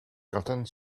katten